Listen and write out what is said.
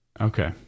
Okay